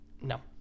No